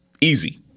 Easy